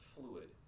fluid